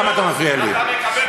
למה אתה מפריע לי?